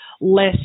less